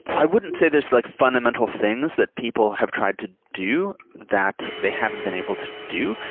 i wouldn't say there's like fundamental things that people have tried to do that they haven't been able to do.